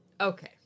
Okay